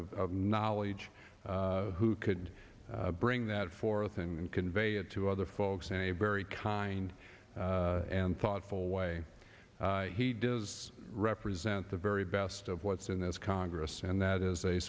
of knowledge who could bring that forth and convey it to other folks in a very kind and thoughtful way he does represent the very best of what's in this congress and that is a